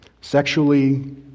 sexually